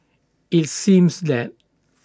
IT seemed that